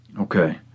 Okay